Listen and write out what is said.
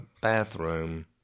bathroom